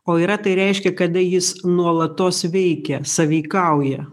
o yra tai reiškia kada jis nuolatos veikia sąveikauja